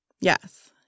Yes